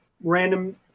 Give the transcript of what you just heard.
random